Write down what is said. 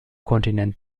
kontinent